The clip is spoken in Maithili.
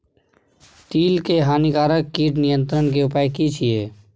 तिल के हानिकारक कीट नियंत्रण के उपाय की छिये?